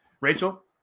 Rachel